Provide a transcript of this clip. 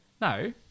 No